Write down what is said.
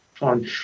on